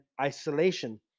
isolation